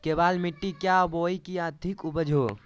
केबाल मिट्टी क्या बोए की अधिक उपज हो?